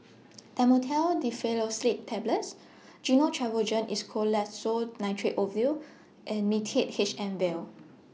Dhamotil Diphenoxylate Tablets Gyno Travogen Isoconazole Nitrate Ovule and Mixtard H M Vial